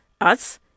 Us